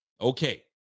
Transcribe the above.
Okay